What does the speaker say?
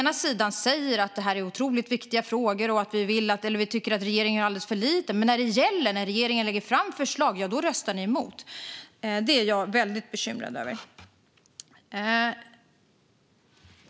Ni säger att detta är otroligt viktiga frågor och att ni tycker att regeringen gör alldeles för lite. Men när det gäller och när regeringen lägger fram förslag röstar ni emot. Det är jag väldigt bekymrad över.